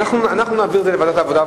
אנחנו נעביר את זה לוועדת העבודה,